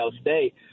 State